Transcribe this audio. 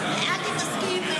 אל תתעסקי עם,